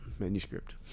Manuscript